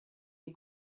die